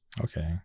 Okay